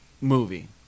movie